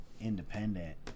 Independent